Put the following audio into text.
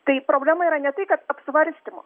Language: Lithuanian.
tai problema yra ne tai kad apsvarstymo